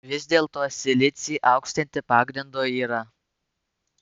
vis dėlto silicį aukštinti pagrindo yra